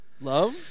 love